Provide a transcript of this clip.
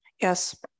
yes